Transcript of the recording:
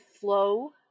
flow